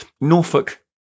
Norfolk